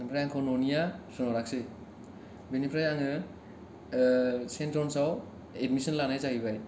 ओमफ्राय आंखौ न'निआ थोनहरासै बेनिफ्राइ आङो सेन्ट ज'न्सआव एदमिसन लानाय जाहैबाय